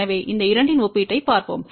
எனவே இந்த இரண்டின் ஒப்பீட்டைப் பார்ப்போம்